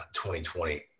2020